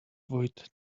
avoid